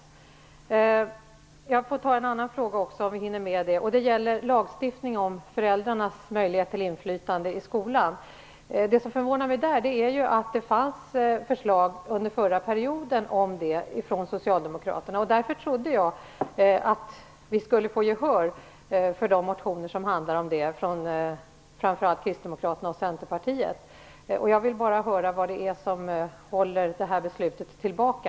Jag vill ställa en annan fråga också, om jag hinner med det. Den gäller lagstiftning om föräldrarnas möjlighet till inflytande i skolan. Under förra perioden fanns det förslag om det från socialdemokraterna, och därför trodde jag att vi skulle få gehör för de motioner från framför allt Kristdemokraterna och Centerpartiet som handlar om det. Jag är förvånad över att vi inte har fått det och vill bara höra vad det är som håller det beslutet tillbaka.